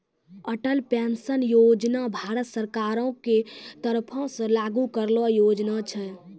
Atal pension Yojana Bharat सरकारो के तरफो से लागू करलो योजना छै